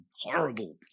horrible